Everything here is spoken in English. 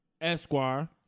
Esquire